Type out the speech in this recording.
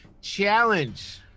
challenge